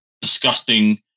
disgusting